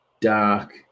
dark